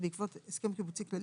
7008/2016,